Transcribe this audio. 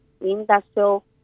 industrial